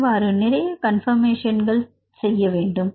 இவ்வாறு நிறைய கன்பர்மேஷன் வேலைகள் செய்ய வேண்டும்